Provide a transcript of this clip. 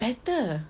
better